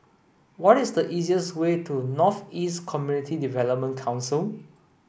what is the easiest way to North East Community Development Council